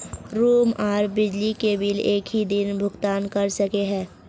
Room आर बिजली के बिल एक हि दिन भुगतान कर सके है?